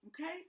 Okay